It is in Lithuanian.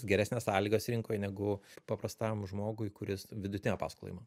geresnes sąlygas rinkoj negu paprastam žmogui kuris vidutinę paskolą ima